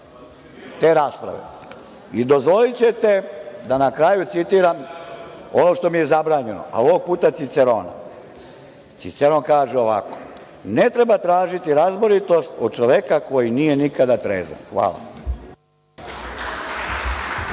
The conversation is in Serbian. te rasprave. Dozvolićete da na kraju citiram ono što mi je zabranjeno, a ovog puta Cicerona. Ciceron kaže ovako: “Ne treba tražiti razboritost od čoveka koji nije nikada trezan“.